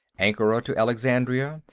ankara to alexandria,